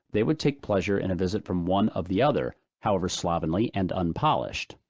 they would take pleasure in a visit from one of the other, however slovenly and unpolished.